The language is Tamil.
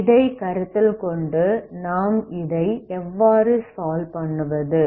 ஆகவே இதை கருத்தில் கொண்டு நாம் இதை எவ்வாறு சால்வ் பண்ணுவது